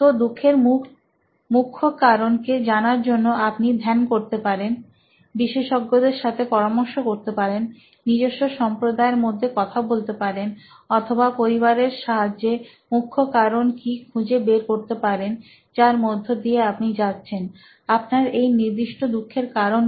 তো দুঃখের মুখ্য কারণকে জানার জন্য আপনি ধ্যান করতে পারেন বিশেষজ্ঞদের সাথে পরামর্শ করতে পারেন নিজস্ব সম্প্রদায়ের মধ্যে কথা বলতে পারেন অথবা পরিবারের সাহায্যে মুখ্য কারণ কি খুঁজে বের করতে পারেন যার মধ্য দিয়ে আপনি যাচ্ছেন আপনার এই নির্দিষ্ট দুঃখের কারণ কি